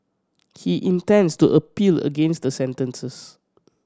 he intends to appeal against the sentences